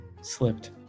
slipped